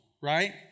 right